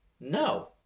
No